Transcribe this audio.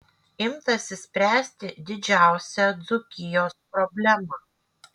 imtasi spręsti didžiausią dzūkijos problemą